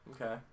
Okay